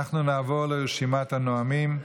אנחנו נעבור לרשימת הנואמים.